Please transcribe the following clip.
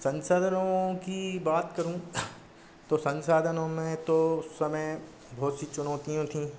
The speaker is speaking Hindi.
संसाधनों की बात करूँ तो संसाधनों में तो उस समय बहुत सी चुनौतियाँ थीं